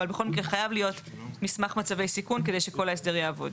אבל בכל מקרה חייב להיות מסמך מצבי סיכון כדי שכל ההסדר יעבוד.